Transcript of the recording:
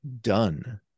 done